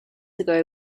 ago